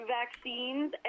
vaccines